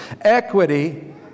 equity